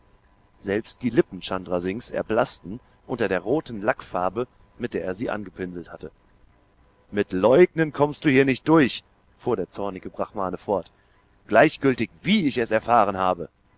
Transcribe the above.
selbst die lippen chandra singhs erblaßten unter der roten lackfarbe mit der er sie angepinselt hatte mit leugnen kommst du hier nicht durch fuhr der zornige brahmane fort gleichgültig wie ich es erfahren habe